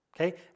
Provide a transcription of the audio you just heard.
okay